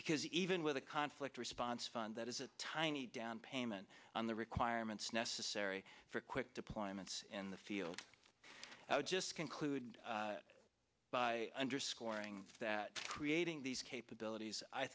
because even with a conflict response fund that is a tiny downpayment on the requirements necessary for quick deployments in the field i would just conclude by underscoring that creating these capabilities i